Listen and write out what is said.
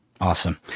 Awesome